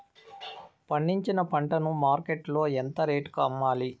పండించిన పంట ను మార్కెట్ లో ఎంత రేటుకి అమ్మాలి?